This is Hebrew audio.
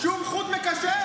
שום חוט מקשר.